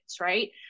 right